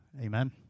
Amen